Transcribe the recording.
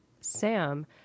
Sam